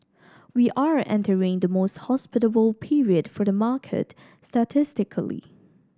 we are entering the most hospitable period for the market statistically